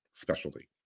Specialty